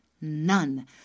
None